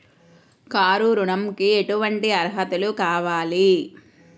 Car ఋణంకి ఎటువంటి అర్హతలు కావాలి?